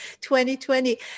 2020